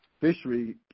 fishery